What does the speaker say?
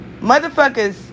motherfuckers